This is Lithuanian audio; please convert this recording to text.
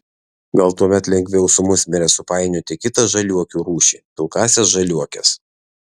gal tuomet lengviau su musmire supainioti kitą žaliuokių rūšį pilkąsias žaliuokes